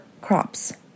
crops